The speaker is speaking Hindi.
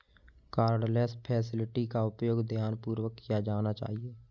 कार्डलेस फैसिलिटी का उपयोग ध्यानपूर्वक किया जाना चाहिए